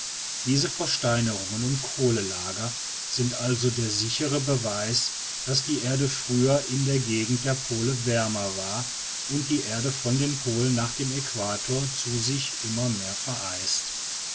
diese versteinerungen und kohlenlager sind also der sichere beweis daß die erde früher in der gegend der pole wärmer war und die erde von den polen nach dem äquator zu sich immer mehr vereist